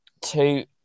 two